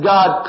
God